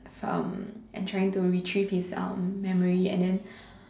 um and trying to retrieve his um memory and then